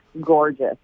gorgeous